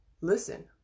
Listen